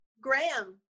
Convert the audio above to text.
Graham